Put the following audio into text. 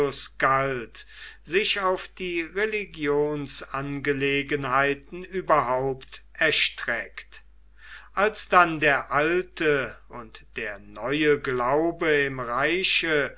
sich auf die religionsangelegenheiten überhaupt erstreckt als dann der alte und der neue glaube im reiche